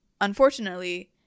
unfortunately